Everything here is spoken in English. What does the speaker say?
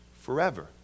forever